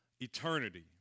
eternity